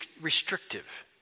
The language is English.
restrictive